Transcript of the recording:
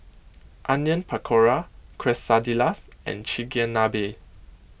Onion Pakora Quesadillas and Chigenabe